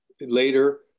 later